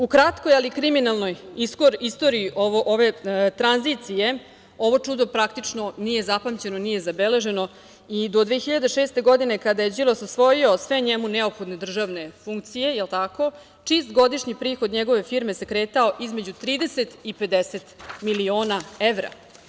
U kratkoj, ali kriminalnoj istoriji ove tranzicije, ovo čudo praktično nije zapamćeno, nije zabeleženo i do 2006. godine, kada je Đilas osvojio sve njemu neophodne državne funkcije, jel tako, čist godišnji prihod njegove firme se kretao između 30 i 50 miliona evra.